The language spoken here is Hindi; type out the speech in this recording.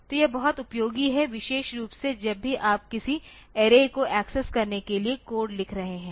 तो यह बहुत उपयोगी है विशेष रूप से जब भी आप किसी ऐरे को एक्सेस करने के लिए कोड लिख रहे हों